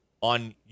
on